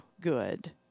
good